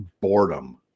boredom